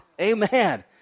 Amen